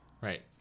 Right